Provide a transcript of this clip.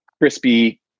crispy